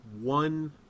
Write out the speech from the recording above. One